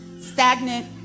stagnant